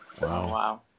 Wow